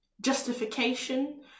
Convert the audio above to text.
Justification